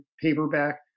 paperback